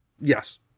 Yes